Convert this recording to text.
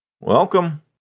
welcome